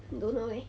don't know leh